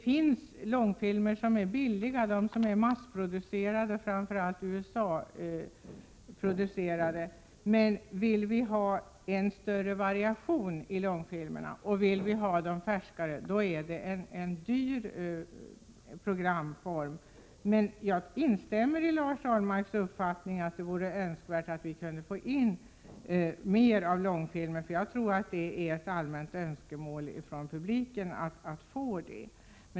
Vissa långfilmer är billiga — det gäller de filmer som är massproducerade och framför allt framställda i USA. Men om vi vill ha en större variation i långfilmerna och ha färskare långfilmer, då handlar det om en dyr programform. Men jag instämmer i Lars Ahlmarks uppfattning att det vore önskvärt att vi kunde få in mer av långfilmer, för det tror jag är ett allmänt önskemål från publiken.